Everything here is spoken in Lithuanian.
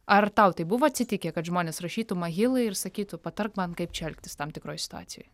ar tau taip buvo atsitikę kad žmonės rašytų mahilai ir sakytų patark man kaip čia elgtis tam tikroj situacijoj